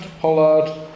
pollard